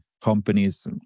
companies